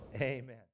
Amen